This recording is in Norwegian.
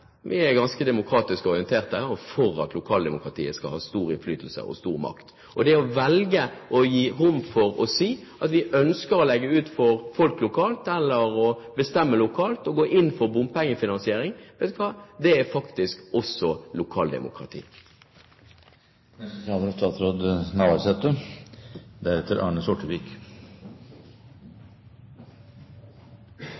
Vi andre er ganske demokratisk orienterte og for at lokaldemokratiet skal ha stor innflytelse og stor makt. Det å velge å gi rom for å si at vi ønsker å la folk lokalt bestemme om de vil gå inn for bompengefinansiering er faktisk også lokaldemokrati. Det er